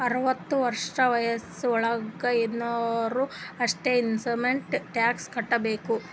ಅರ್ವತ ವರ್ಷ ವಯಸ್ಸ್ ವಳಾಗ್ ಇದ್ದೊರು ಅಷ್ಟೇ ಇನ್ಕಮ್ ಟ್ಯಾಕ್ಸ್ ಕಟ್ಟಬೇಕ್